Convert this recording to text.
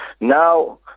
Now